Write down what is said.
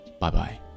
Bye-bye